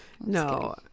No